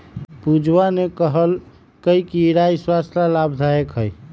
पूजवा ने कहल कई कि राई स्वस्थ्य ला लाभदायक हई